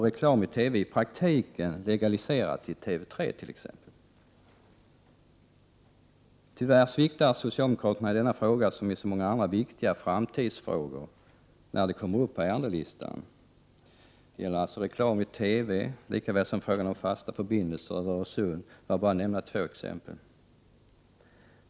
Reklam i TV har i praktiken legaliserats i t.ex. TV 3. Socialdemokraterna sviktar tyvärr i denna fråga liksom i så många andra viktiga framtidsfrågor när de kommer upp på ärendelistan. Det gäller reklam i TV likaväl som frågan om fasta förbindelser över Öresund, för att bara nämna två exempel.